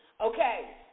okay